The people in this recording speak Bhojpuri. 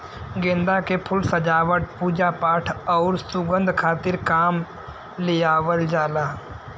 गेंदा के फूल सजावट, पूजापाठ आउर सुंगध खातिर काम में लियावल जाला